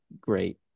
great